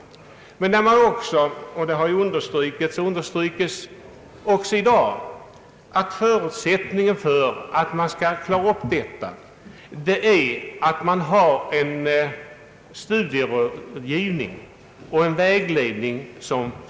Utskottet underströk då — det har understukits också i dag — att det senare alternativet förutsätter en väl fungerande studierådgivning och vägledning.